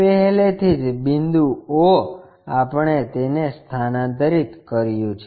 પહેલેથી જ બિંદુ o આપણે તેને સ્થાનાંતરિત કર્યું છે